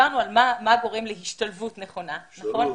דיברנו על מה גורם להשתלבות נכונה, נכון?